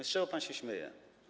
Z czego pan się śmieje?